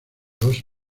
dos